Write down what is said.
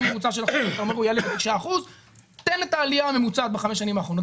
תן את העלייה הממוצעת בחמש השנים האחרונות.